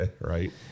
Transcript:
right